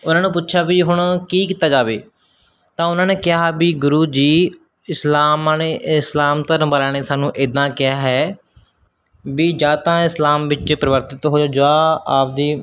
ਉਹਨਾਂ ਨੂੰ ਪੁੱਛਿਆ ਵੀ ਹੁਣ ਕੀ ਕੀਤਾ ਜਾਵੇ ਤਾਂ ਉਹਨਾਂ ਨੇ ਕਿਹਾ ਵੀ ਗੁਰੂ ਜੀ ਇਸਲਾਮ ਵਾਲੇ ਇਸਲਾਮ ਧਰਮ ਵਾਲਿਆਂ ਨੇ ਸਾਨੂੰ ਇੱਦਾਂ ਕਿਹਾ ਹੈ ਵੀ ਜਾਂ ਤਾਂ ਇਸਲਾਮ ਵਿੱਚ ਪਰਿਵਰਤਿਤ ਹੋਜੋ ਜਾਂ ਆਪਦੇ